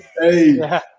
Hey